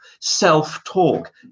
self-talk